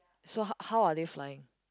so h~ how are they flying